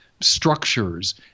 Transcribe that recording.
structures